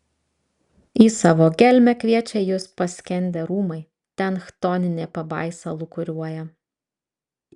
į savo gelmę kviečia jus paskendę rūmai ten chtoninė pabaisa lūkuriuoja